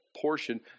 portion